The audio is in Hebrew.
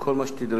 שכל מה שתדרשו,